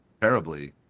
terribly